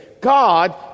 God